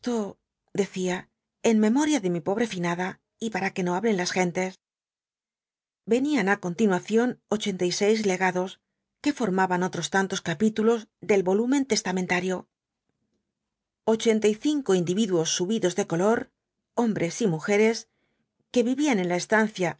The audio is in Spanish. decía en memoria de mi pobre finada y para que no hablen las gentes venían á continuación ochenta y seis legados que formaban otros tantos capítulos del volumen testamentario ochenta y cinco individuos subidos de color hombres y mujeres que vivían en la estancia